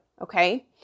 Okay